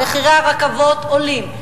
מחירי הרכבות, עולים.